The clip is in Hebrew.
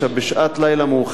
בשעת לילה מאוחרת,